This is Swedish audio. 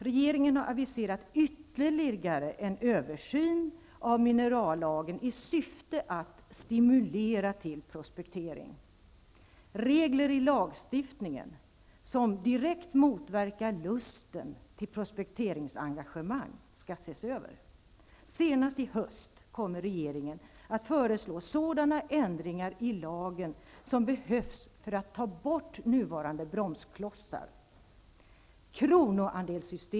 Regeringen har aviserat ytterligare en översyn av minerallagen i syfte att stimulera till prospektering. Regler i lagstiftningen som direkt motverkar lusten till prospekteringsengagemang skall ses över. Senast i höst kommer regeringen att föreslå sådana ändringar i lagen som behövs för att ta bort nuvarande bromsklossar.